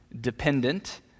dependent